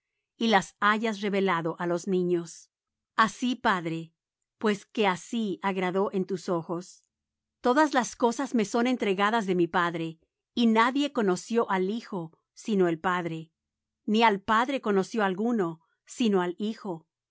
y las hayas revelado á los niños así padre pues que así agradó en tus ojos todas las cosas me son entregadas de mi padre y nadie conoció al hijo sino el padre ni al padre conoció alguno sino el hijo